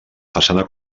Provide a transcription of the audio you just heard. façana